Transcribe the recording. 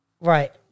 Right